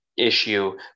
issue